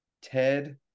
Ted